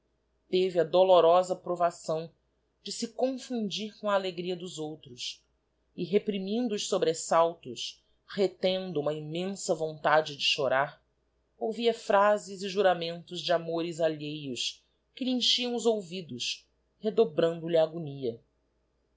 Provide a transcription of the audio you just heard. teve a dolorosa provação de se confundir com a alegria dos outros e reprimindo os sobresaltos retendo uma immensa vontade de chorar ouvia phrases e juramentos de amores alheios que lhe enchiam os ouvidos redobrando lhe a agonia